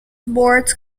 boards